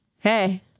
hey